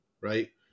right